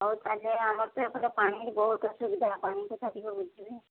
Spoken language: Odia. ହେଉ ତାଙ୍କେ ଆମର ତ ଏପଟେ ପାଣି ବହୁତ ଅସୁବିଧା ପାଣି କଥା ଟିକେ ବୁଝିବେ